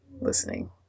listening